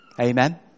Amen